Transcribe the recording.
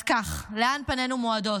אז כך, לאן פנינו מועדות?